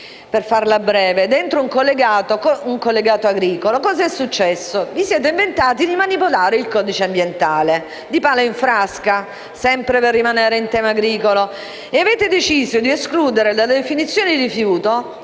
per farla breve, dentro un collegato agricolo vi siete inventati di manipolare il codice ambientale - di palo in frasca, sempre per rimanere in tema agricolo - e avete deciso di escludere dalla definizione di rifiuto